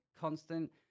constant